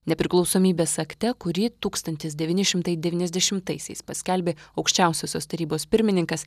nepriklausomybės akte kurį tūkstantis devyni šimtai devyniasdešimtaisiais paskelbė aukščiausiosios tarybos pirmininkas